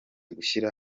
gushyira